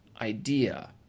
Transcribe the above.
idea